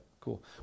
Cool